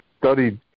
studied